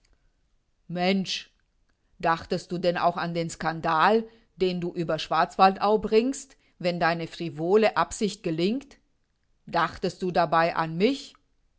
mensch dachtest du denn auch an den skandal den du über schwarzwaldau bringst wenn deine frivole absicht gelingt dachtest du dabei an mich